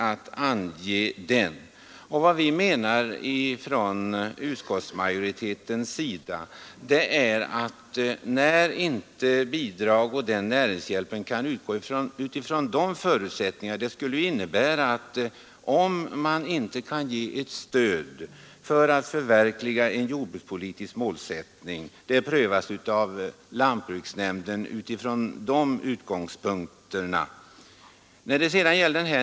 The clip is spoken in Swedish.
Vad vi inom utskottsmajoriteten menar är att om inte näringshjälp kan utgå efter de förutsättningar som ges där och det skulle innebära att man inte kan ge ett stöd för att förverkliga en jordbrukspolitisk målsättning, så får frågan prövas av lantbruksnämnden utifrån den utgångspunkten.